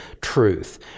truth